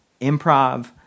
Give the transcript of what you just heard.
improv